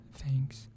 thanks